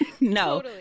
No